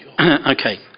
Okay